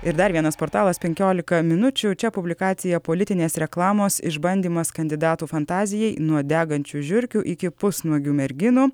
ir dar vienas portalas penkiolika minučių čia publikacija politinės reklamos išbandymas kandidatų fantazijai nuo degančių žiurkių iki pusnuogių merginų